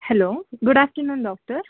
hello good afternoon doctor